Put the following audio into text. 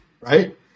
Right